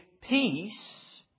peace